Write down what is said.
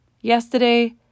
yesterday